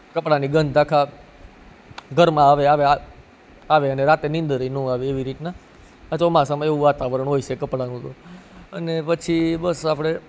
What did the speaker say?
કપડાની ગંધ આખા ઘરમાં આવે આવે આ આવે અને રાતે નિંદરે નો આવે એવી રીતના ચોમાસામાં એવું વાતાવરણ હોય છે કપડાનું તો અને પછી બસ આપણે